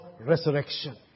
resurrection